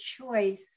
choice